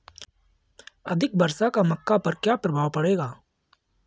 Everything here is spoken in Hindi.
अधिक वर्षा का मक्का पर क्या प्रभाव पड़ेगा?